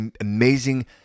amazing